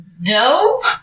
No